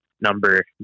number